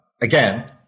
Again